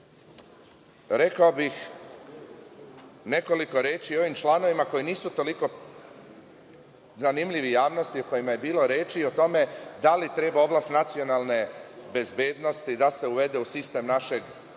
rekao bih nekoliko reči o ovim članovima koji nisu toliko zanimljivi javnosti, o kojima je bilo reči o tome, da li treba oblast nacionalne bezbednosti da se uvede u sistem našeg visokog